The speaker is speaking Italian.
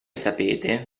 sapete